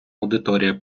аудиторія